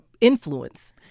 Influence